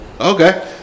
Okay